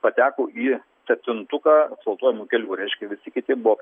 pateko į septintuką asfaltuojamų kelių reiškia visi kiti buvo